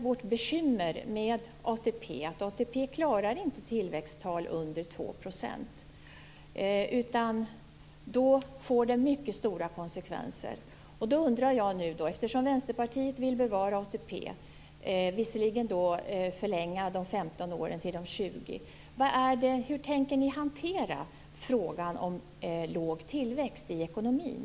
Vårt bekymmer med ATP är ju att ATP inte klarar tillväxttal under 2 % utan att det får mycket stora konsekvenser. Eftersom Vänsterpartiet vill bevara ATP - visserligen vill man förlänga de 15 åren till 20 - undrar jag hur ni tänker hantera frågan om låg tillväxt i ekonomin.